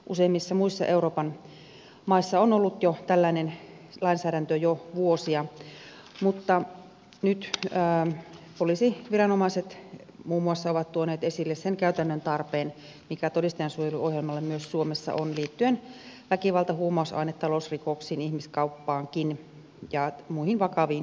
useimmissa muissa euroopan maissa on ollut tällainen lainsäädäntö jo vuosia mutta nyt muun muassa poliisiviranomaiset ovat tuoneet esille sen käytännön tarpeen mikä todistajansuojeluohjelmalle myös suomessa on liittyen väkivalta huumausaine ja talousrikoksiin ihmiskauppaankin ja muihin vakaviin uhkailuihin